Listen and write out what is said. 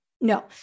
No